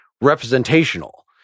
representational